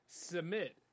Submit